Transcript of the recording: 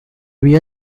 vio